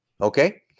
Okay